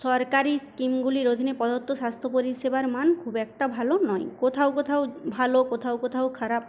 সরকারি স্কিমগুলির অধীনে প্রদত্ব স্বাস্থ্য পরিষেবার মান খুব একটা ভালো নয় কোথাও কোথাও ভালো কোথাও কোথাও খারাপ